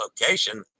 location